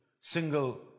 single